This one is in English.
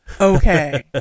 Okay